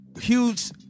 huge